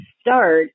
start